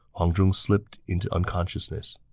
um zhong slipped into unconsciouness.